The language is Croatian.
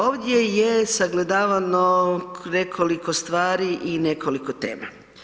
Ovdje je sagledavano nekoliko stvari i nekoliko tema.